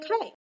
okay